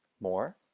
more